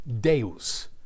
Deus